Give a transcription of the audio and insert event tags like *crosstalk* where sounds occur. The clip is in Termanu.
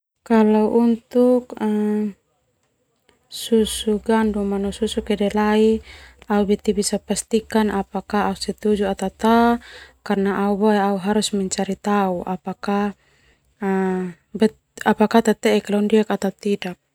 Kalau untuk *hesitation* susu gandum no susu kedelai au bisa pastikan apakah au *unintelligible* apakah teteek lo ndiak atau ta.